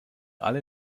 alle